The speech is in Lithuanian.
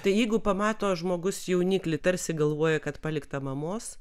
tai jeigu pamato žmogus jauniklį tarsi galvoja kad palikta mamos